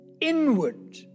inward